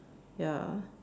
ya